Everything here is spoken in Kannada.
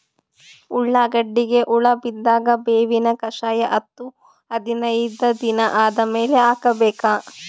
ಉಳ್ಳಾಗಡ್ಡಿಗೆ ಹುಳ ಬಿದ್ದಾಗ ಬೇವಿನ ಕಷಾಯ ಹತ್ತು ಹದಿನೈದ ದಿನ ಆದಮೇಲೆ ಹಾಕಬೇಕ?